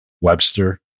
Webster